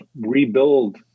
rebuild